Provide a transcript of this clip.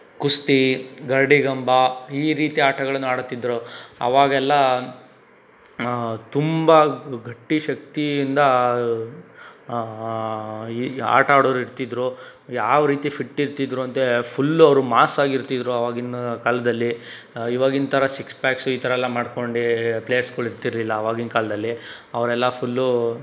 ಕುಸ್ತಿ ಗರಡಿಗಂಬ ಈ ರೀತಿಯ ಆಟಗಳನ್ನು ಆಡುತ್ತಿದ್ರು ಆವಾಗೆಲ್ಲ ತುಂಬ ಗಟ್ಟಿ ಶಕ್ತಿಯಿಂದ ಈ ಆಟ ಆಡೋರು ಇರ್ತಿದ್ರು ಯಾವ ರೀತಿ ಫ಼ಿಟ್ ಇರ್ತಿದ್ರು ಅಂದರೆ ಫ಼ುಲ್ ಅವರು ಮಾಸಾಗಿರ್ತಿದ್ರು ಆವಾಗಿನ ಕಾಲದಲ್ಲಿ ಇವಾಗಿನ ಥರ ಸಿಕ್ಸ್ ಪ್ಯಾಕ್ಸ್ ಈ ಥರ ಎಲ್ಲ ಮಾಡ್ಕೊಂಡು ಪ್ಲೇಯರ್ಸ್ಗಳಿರ್ತಿರ್ಲಿಲ್ಲ ಆವಾಗಿನ ಕಾಲದಲ್ಲಿ ಅವರೆಲ್ಲ ಫ಼ುಲ್